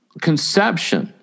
conception